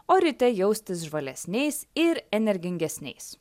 o ryte jaustis žvalesniais ir energingesniais